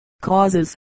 causes